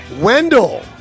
Wendell